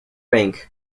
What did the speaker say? bank